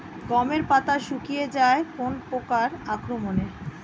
গমের পাতা শুকিয়ে যায় কোন পোকার আক্রমনে?